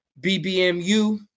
BBMU